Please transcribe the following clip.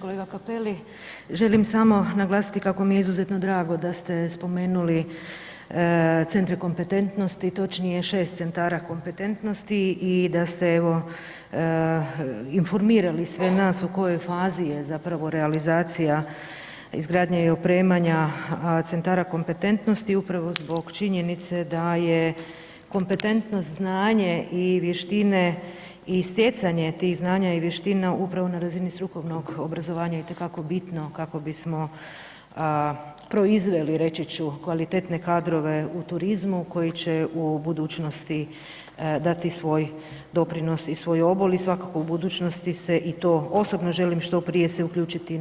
Kolega Cappelli, želim samo naglasiti kako mi je izuzetno drago da ste spomenuli centre kompetentnosti, točnije 6 centara kompetentnosti i da ste evo informirali sve nas u kojoj fazi je zapravo realizacija izgradnje i opremanja centara kompetentnosti upravo zbog činjenice da je kompetentnost znanje i vještine i stjecanje tih znanja i vještina upravo na razini strukovnog obrazovanja itekako bitno kako bismo proizveli reći ću kvalitetne kadrove u turizmu koji će u budućnosti dati svoj doprinos i svoj obol i svakako u budućnosti se i to osobno želim što prije se uključiti